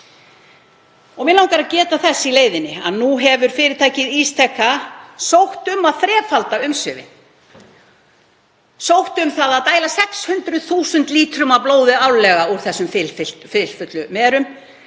Mig langar að geta þess í leiðinni að nú hefur fyrirtækið Ísteka sótt um að þrefalda umsvifin, sótt um að dæla 600.000 lítrum af blóði árlega úr þessum fylfullu merum.